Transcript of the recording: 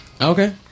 Okay